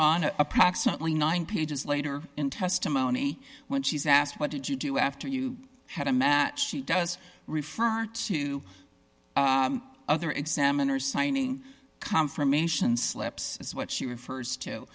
on approximately nine pages later in testimony when she's asked what did you do after you had a match she does refer to other examiners signing confirmation slips as what she refers to